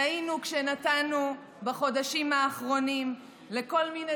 טעינו כשנתנו בחודשים האחרונים לכל מיני